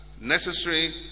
necessary